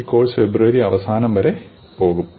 ഈ കോഴ്സ് ഫെബ്രുവരി അവസാന വാരം വരെ പോകും